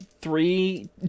three